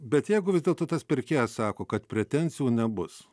bet jeigu vis dėlto tas pirkėjas sako kad pretenzijų nebus